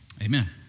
amen